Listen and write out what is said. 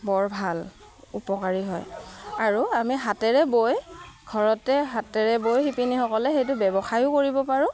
বৰ ভাল উপকাৰী হয় আৰু আমি হাতেৰে বৈ ঘৰতে হাতেৰে বৈ শিপিনীসকলে সেইটো ব্যৱসায়ো কৰিব পাৰোঁ